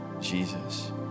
Jesus